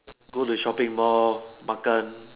go the shopping mall makan